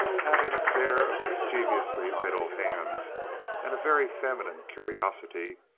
having a pair of mischievously idle hands and a very feminine curiosity,